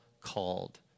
called